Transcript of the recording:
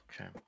Okay